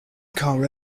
car